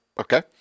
Okay